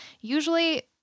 usually